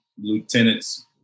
lieutenants